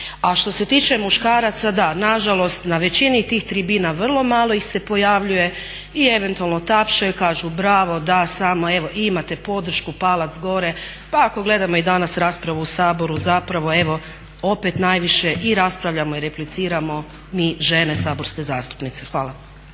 A što se tiče muškaraca, da, nažalost na većini tih tribina vrlo malo ih se pojavljuje i eventualno tapšaju, kažu bravo, da, evo imate podršku, palac gore. Pa ako gledamo i danas raspravu u Saboru zapravo evo opet najviše i raspravljamo i repliciramo mi žene saborske zastupnice. Hvala.